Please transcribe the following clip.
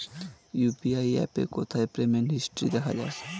UPI অ্যাপে কোথায় payment history দেখা যায়?